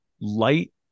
light